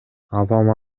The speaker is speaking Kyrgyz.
апам